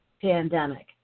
pandemic